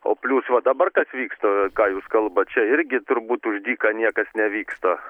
o plius va dabar kas vyksta ką jūs kalbat čia irgi turbūt už dyką niekas nevyksta